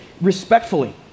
respectfully